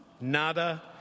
Nada